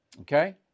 Okay